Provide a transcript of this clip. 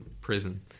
prison